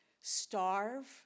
starve